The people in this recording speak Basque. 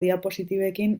diapositibekin